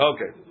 Okay